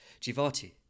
Jivati